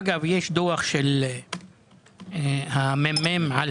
אגב, יש דוח של הממ"מ על